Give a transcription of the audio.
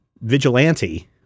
vigilante